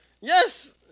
Yes